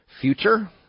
future